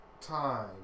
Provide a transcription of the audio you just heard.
time